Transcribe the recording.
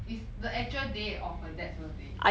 is the actual day of her dad's birthday